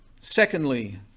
Secondly